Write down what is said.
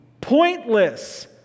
pointless